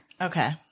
Okay